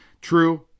true